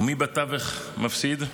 ומי בתווך מפסיד?